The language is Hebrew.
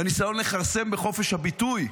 והניסיון לכרסם בחופש הביטוי.